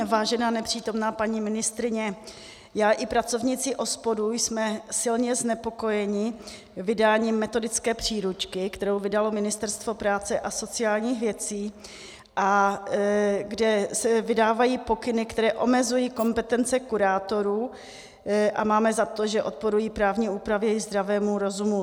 Vážená nepřítomná paní ministryně, já i pracovníci OSPOD jsme silně znepokojeni vydáním metodické příručky, kterou vydalo Ministerstvo práce a sociálních věcí, kde se vydávají pokyny, které omezují kompetence kurátorů, a máme za to, že odporují právní úpravě i zdravému rozumu.